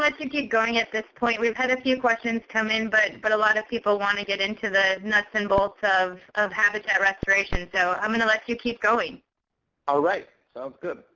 let you keep going at this point. we've had a few questions come in, but but a lot of people want to get into the nuts and bolts of of habitat restoration. so i'm going to let you keep going all right. sounds good.